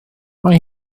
mae